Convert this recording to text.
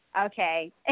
Okay